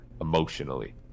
emotionally